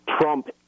Trump